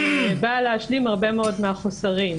באה להשלים הרבה מאוד מהחוסרים,